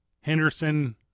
Henderson